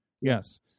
Yes